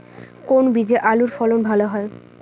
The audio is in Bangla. কোন বীজে আলুর ফলন ভালো হয়?